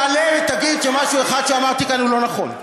תעלה ותגיד שמשהו אחד שאמרתי כאן הוא לא נכון,